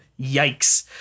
yikes